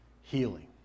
healing